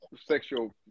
Sexual